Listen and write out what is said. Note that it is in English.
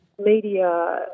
media